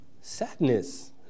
sadness